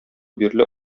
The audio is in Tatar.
бирле